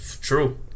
true